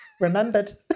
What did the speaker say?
Remembered